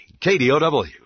KDOW